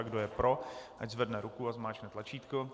Kdo je pro, ať zvedne ruku a zmáčkne tlačítko.